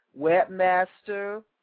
webmaster